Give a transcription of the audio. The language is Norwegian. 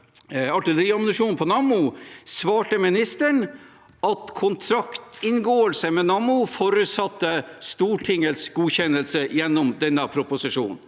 artilleriammunisjon på Nammo, svarte ministeren at kontraktsinngåelse med Nammo forutsatte Stortingets godkjennelse gjennom denne proposisjonen.